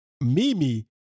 Mimi